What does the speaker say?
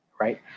right